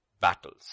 battles